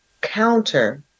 counter